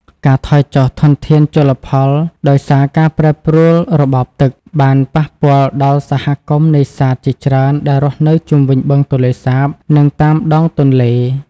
ការថយចុះធនធានជលផលដោយសារការប្រែប្រួលរបបទឹក បានប៉ះពាល់ដល់សហគមន៍នេសាទជាច្រើនដែលរស់នៅជុំវិញបឹងទន្លេសាប និងតាមដងទន្លេ។